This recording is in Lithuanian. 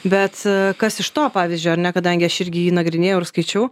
bet kas iš to pavyzdžio ar ne kadangi aš irgi jį nagrinėjau ir skaičiau